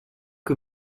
que